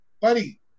Buddy